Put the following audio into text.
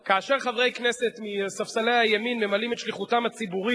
כאשר חברי כנסת מספסלי הימין ממלאים את שליחותם הציבורית,